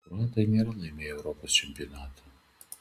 kroatai nėra laimėję europos čempionato